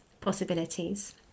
possibilities